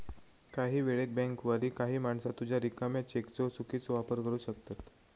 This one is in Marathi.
काही वेळेक बँकवाली काही माणसा तुझ्या रिकाम्या चेकचो चुकीचो वापर करू शकतत